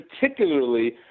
particularly